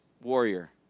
warrior